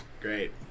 great